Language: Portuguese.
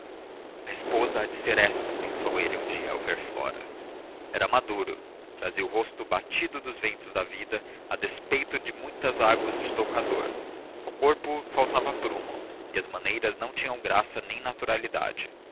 a esposa há de ser esta pensou ele um dia ao ver flora era maduro trazia o rosto batido dos ventos da vida a despeito das muitas águas de toucador ao corpo faltava aprumo e as maneiras não tinham graça nem naturalidade